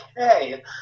okay